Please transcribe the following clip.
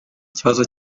kibazo